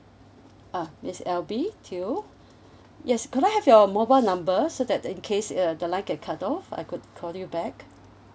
uh miss alby teo yes could I have your mobile number so that in case uh the line get cut off I could call you back